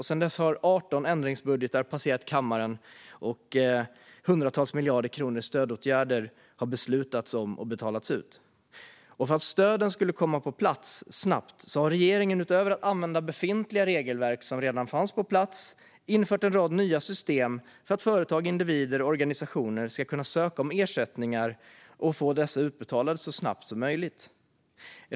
Sedan dess har 18 ändringsbudgetar passerat kammaren, och hundratals miljarder kronor i stödåtgärder har beslutats om och betalats ut. För att stöden snabbt skulle komma på plats har regeringen utöver att använda befintliga regelverk infört en rad nya system för att företag, individer och organisationer ska kunna ansöka om ersättningar och få dessa utbetalade så snabbt som möjligt.